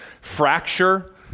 fracture